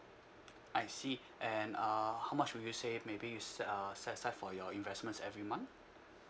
I see and err how much will you say maybe you se~ err set aside for your investments every month